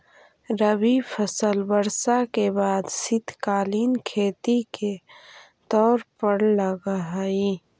रबी फसल वर्षा के बाद शीतकालीन खेती के तौर पर लगऽ हइ